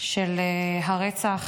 של הרצח